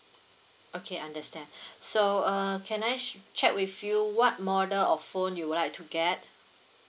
okay understand so uh can I s~ check with you what model of phone you would like to get